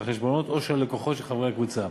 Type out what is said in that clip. החשבונות או של הלקוחות של חברי הקבוצה,